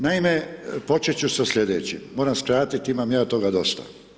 Naime, počet ću sa sljedećim, moram skratiti, imam ja toga dosta.